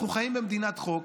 אנחנו חיים במדינת חוק.